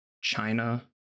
China